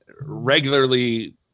regularly